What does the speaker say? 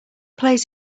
plays